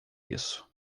isso